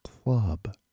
club